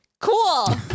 cool